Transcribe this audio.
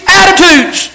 attitudes